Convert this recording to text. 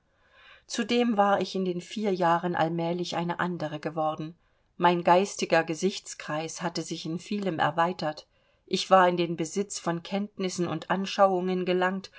zudem war ich in den vier jahren allmählich eine andere geworden mein geistiger gesichtskreis hatte sich in vielem erweitert ich war in den besitz von kenntnissen und anschauungen gelangt